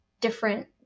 different